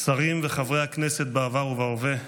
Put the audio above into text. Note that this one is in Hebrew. שרים וחברי הכנסת בעבר ובהווה,